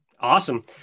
awesome